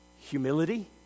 humility